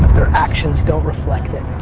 their actions don't reflect it.